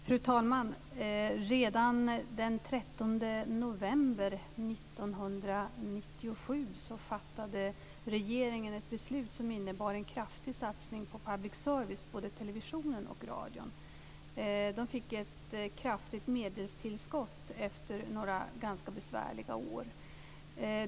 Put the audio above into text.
Fru talman! Redan den 13 november 1997 fattade regeringen ett beslut som innebar en kraftig satsning på public service, både televisionen och radion. Man fick ett kraftigt medeltillskott efter några ganska besvärliga år.